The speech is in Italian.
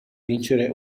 vincere